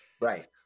Right